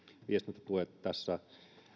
viestintätuet ovat siis tulleet tässä